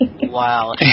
Wow